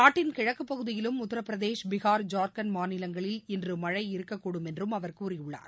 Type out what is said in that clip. நாட்டின் கிழக்குப் பகுதியிலும் உத்திரபிரதேஷ் பீகா் ஜார்க்கண்ட் மாநிலங்களில் இன்றுமழை இருக்கக்கூடும் என்றும் அவர் கூறியுள்ளார்